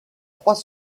trois